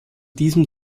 diesem